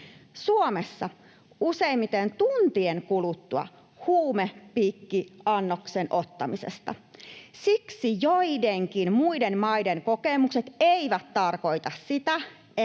Suomessa useimmiten tuntien kuluttua huumepiikkiannoksen ottamisesta. Siksi joidenkin muiden maiden kokemukset eivät tarkoita sitä, että